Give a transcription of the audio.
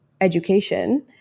education